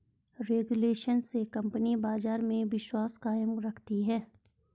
regulation से company बाजार में विश्वास कायम रखती है